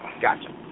Gotcha